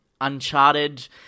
Uncharted